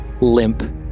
limp